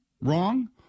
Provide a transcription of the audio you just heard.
wrong